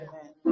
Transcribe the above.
Amen